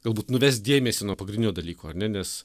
galbūt nuvest dėmesį nuo pagrindinio dalyko ar ne nes